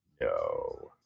No